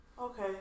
Okay